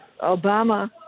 Obama